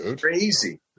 crazy